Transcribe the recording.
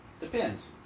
Depends